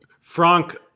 Frank